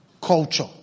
culture